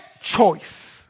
choice